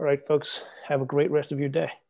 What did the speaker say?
right folks have a great rest of your day